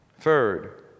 Third